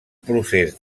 procés